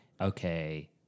okay